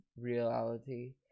reality